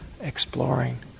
exploring